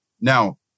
Now